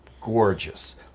gorgeous